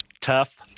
Tough